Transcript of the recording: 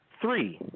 Three